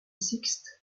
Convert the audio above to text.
sixte